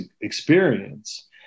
experience